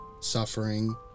suffering